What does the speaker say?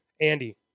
Andy